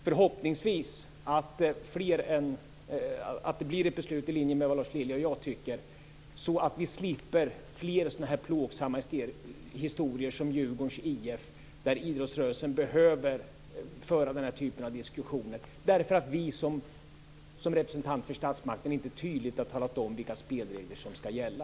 Förhoppningsvis blir det ett beslut i linje med vad Lars Lilja och jag tycker. Då kanske vi slipper fler sådana här plågsamma historier, t.ex. Djurgårdens IF, där idrottsrörelsen behöver föra den här typen av diskussioner därför att vi som representanter för statsmakterna inte tydligt har talat om vilka spelregler som skall gälla.